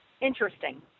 Interesting